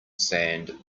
sand